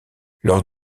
lors